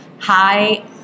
Hi